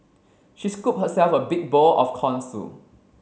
she scooped herself a big bowl of corn soup